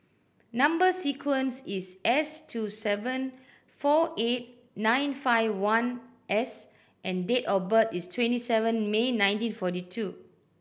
number sequence is S two seven four eight nine five one S and date of birth is twenty seven May nineteen forty two